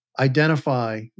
Identify